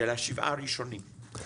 של השבעה הראשונים,